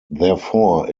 therefore